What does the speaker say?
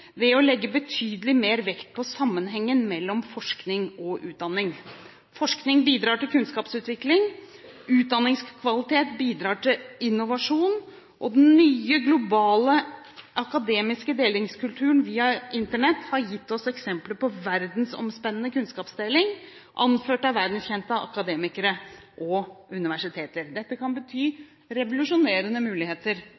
ved å legge betydelig mer vekt på sammenhengen mellom forskning og utdanning. Forskning bidrar til kunnskapsutvikling. Utdanningskvalitet bidrar til innovasjon, og den nye globale akademiske delingskulturen via Internett har gitt oss eksempler på verdensomspennende kunnskapsdeling, anført av verdenskjente akademikere og universiteter. Dette kan